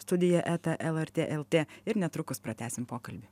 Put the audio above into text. studija eta lrt lt ir netrukus pratęsim pokalbį